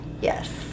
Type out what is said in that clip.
Yes